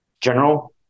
general